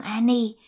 Annie